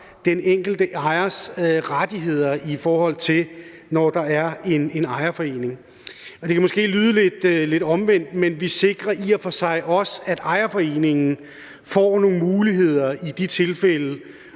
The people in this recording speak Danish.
den enkelte ejers rettigheder, når der er en ejerforening. Og det kan måske lyde lidt omvendt, men vi sikrer i og for sig også, at ejerforeningen får nogle muligheder i de tilfælde,